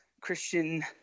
Christian